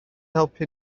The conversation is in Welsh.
helpu